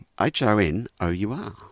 H-O-N-O-U-R